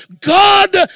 God